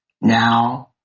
Now